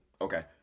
okay